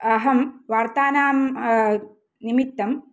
अहं वार्तानां निमित्तं